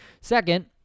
Second